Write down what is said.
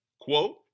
Quote